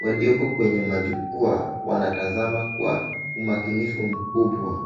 walioko kwenye majukwaa wanatazama kwa umakinifu mkubwa.